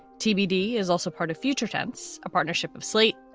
tbd is also part of future tense, a partnership of slate,